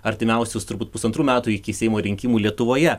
artimiausius turbūt pusantrų metų iki seimo rinkimų lietuvoje